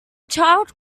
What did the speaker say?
child